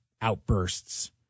Outbursts